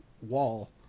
wall